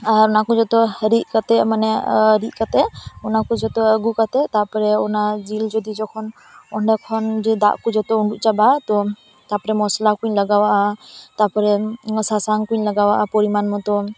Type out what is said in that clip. ᱟᱨ ᱚᱱᱟ ᱠᱚ ᱡᱚᱛᱚ ᱨᱤᱫ ᱠᱟᱛᱮᱜ ᱢᱟᱱᱮ ᱨᱤᱫ ᱠᱟᱛᱮᱜ ᱚᱱᱟ ᱠᱚ ᱡᱚᱛᱚ ᱟᱹᱜᱩ ᱠᱟᱛᱮᱜ ᱛᱟᱯᱚᱨᱮ ᱚᱱᱟ ᱡᱤᱞ ᱡᱩᱫᱤ ᱡᱚᱠᱷᱚᱱ ᱚᱸᱰᱮᱠᱷᱚᱱ ᱫᱟᱜ ᱠᱚ ᱡᱚᱛᱚ ᱩᱰᱩᱜ ᱪᱟᱵᱟᱜᱼᱟ ᱛᱚ ᱛᱟᱯᱚᱨᱮ ᱢᱚᱥᱞᱟ ᱠᱩᱧ ᱞᱟᱜᱟᱣᱟᱜᱼᱟ ᱛᱟᱯᱚᱨᱮ ᱥᱟᱥᱟᱝ ᱠᱚᱧ ᱞᱟᱜᱟᱣᱟᱜᱼᱟ ᱯᱚᱨᱤᱢᱟᱱ ᱢᱚᱛᱚ